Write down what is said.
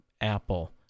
Apple